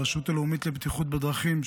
הרשות הלאומית לבטיחות בדרכים,